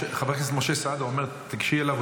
חבר הכנסת משה סעדה אומר: תיגשי אליו,